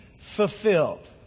fulfilled